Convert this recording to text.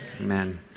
Amen